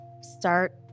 start